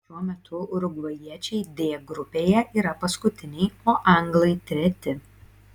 šiuo metu urugvajiečiai d grupėje yra paskutiniai o anglai treti